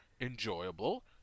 enjoyable